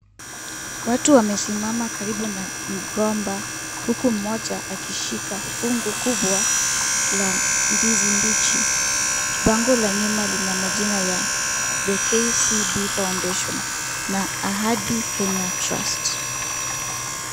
Watu wamesiama karibu na mgomba , huku mmoja akishika fungu kubwa la ndizi mbichi, bango la nyuma Iina majina ya The KCB Foundation , na Ahadi Kenya Trust .